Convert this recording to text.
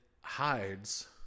hides